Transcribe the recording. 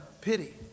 pity